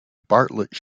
bartlett